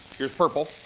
here is purple.